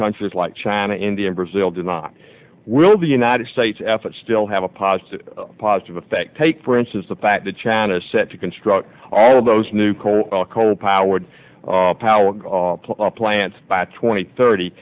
countries like china india and brazil did not will the united states efforts still have a positive positive effect take for instance the fact that china is set to construct all those new coal oil coal powered power plants by twenty thirty